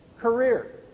career